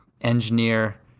engineer